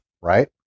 right